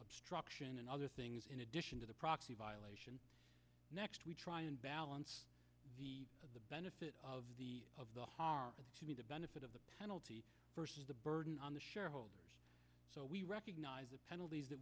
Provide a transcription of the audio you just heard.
obstruction and other things in addition to the proxy violation next we try and balance the benefit of the of the harm to me the benefit of the penalty versus the burden on the shareholders so we recognize the penalties that